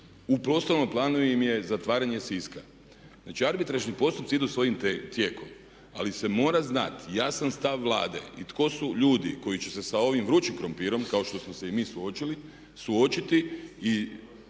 U prostornom planu im je zatvaranje Siska. Znači arbitražni postupci idu svojim tijekom. Ali se mora znati jasan stav Vlade i tko su ljudi koji će se sa ovim vrućim krumpirom kao što smo se i mi suočili suočiti i